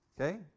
Okay